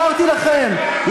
אמרתי לכם,